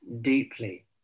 deeply